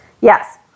Yes